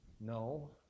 No